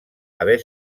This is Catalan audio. haver